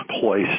place